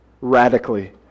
radically